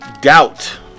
doubt